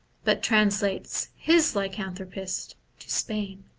but translates his lycan thropists to spain.